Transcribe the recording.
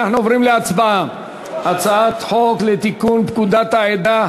אנחנו עוברים להצבעה: הצעת חוק לתיקון פקודת העדה